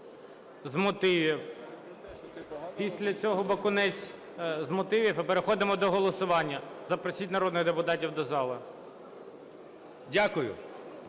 з мотивів. Після цього Бакунець з мотивів. І переходимо до голосування. Запросіть народних депутатів до зали.